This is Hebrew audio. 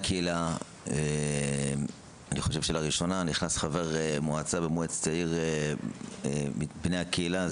אני חושב שלראשונה נכנס למועצת העיר חבר מועצה מהקהילה.